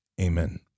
Amen